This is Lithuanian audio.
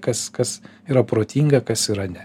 kas kas yra protinga kas yra ne